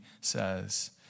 says